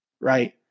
Right